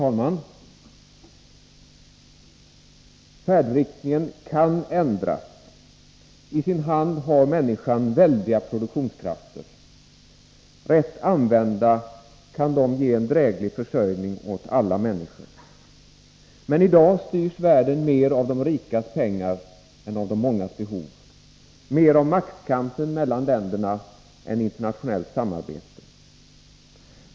Fru talman! Färdriktningen kan ändras. I sin hand har människan väldiga produktionskrafter. Rätt använda kan de ge en dräglig försörjning åt alla människor. Men i dag styrs världen mer av de rikas pengar än av de mångas behov, mer av maktkampen mellan länderna än av internationellt samarbete.